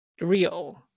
real